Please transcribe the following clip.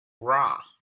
bra